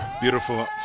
Beautiful